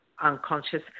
Unconscious